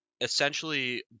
essentially